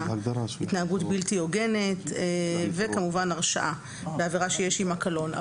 התנהגות בלתי הוגנת וכמובן הרשעה בעבירה שיש עימה קלון.